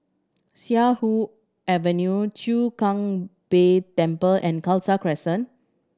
Siak Avenue Chwee Kang Beo Temple and Khalsa Crescent